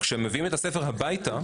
כשמביאים את הספר הביתה,